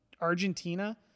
Argentina